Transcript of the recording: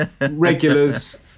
regulars